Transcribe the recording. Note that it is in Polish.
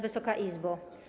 Wysoka Izbo!